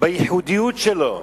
בייחודיות שלו,